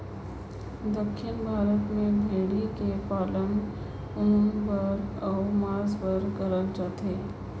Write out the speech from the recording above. दक्खिन भारत में भेंड़ी कर पालन ऊन बर अउ मांस बर करल जाथे